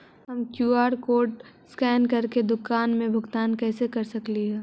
हम QR code scan करके दुकान में भुगतान कैसे कर सकली हे?